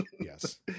Yes